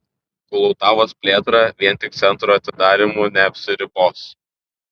kulautuvos plėtra vien tik centro atidarymu neapsiribos